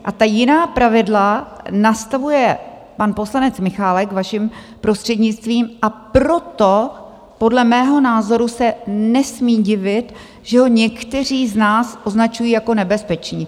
A ta jiná pravidla nastavuje pan poslanec Michálek, vaším prostřednictvím, a proto podle mého názoru se nesmí divit, že ho někteří z nás označují jako nebezpečí.